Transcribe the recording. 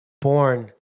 born